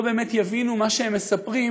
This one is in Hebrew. לא באמת יבינו מה שהם מספרים,